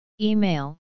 Email